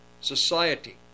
society